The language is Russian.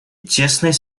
тесной